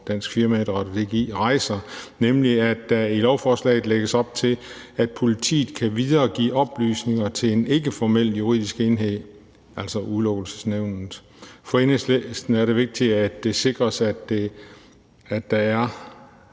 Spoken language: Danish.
Dansk Firmaidræt og DGI rejser, nemlig at der i lovforslaget lægges op til, at politiet kan videregive oplysninger til en ikkeformel juridisk enhed – altså Udelukkelsesnævnet. For Enhedslisten er det vigtigt, at det sikres, at det er